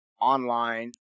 online